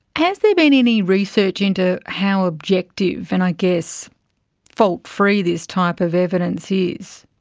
has there been any research into how objective and i guess fault free this type of evidence is?